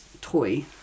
toy